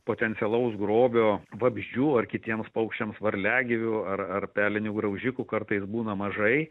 potencialaus grobio vabzdžių ar kitiems paukščiams varliagyvių ar pelinių graužikų kartais būna mažai